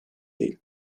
değil